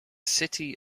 city